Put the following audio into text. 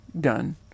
done